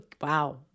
Wow